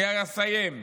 אני אסיים.